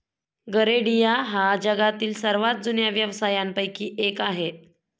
गरेडिया हा जगातील सर्वात जुन्या व्यवसायांपैकी एक आहे